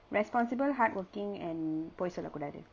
responsible hardworking and பொய் சொல்லக்கூடாது:poi sollakkudaathu